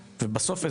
ובסוף,